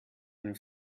einen